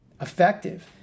effective